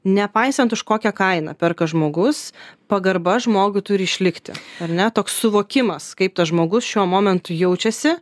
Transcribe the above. nepaisant už kokią kainą perka žmogus pagarba žmogui turi išlikti ar ne toks suvokimas kaip tas žmogus šiuo momentu jaučiasi